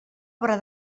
obra